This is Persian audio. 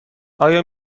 آیا